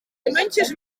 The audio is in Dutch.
muntjes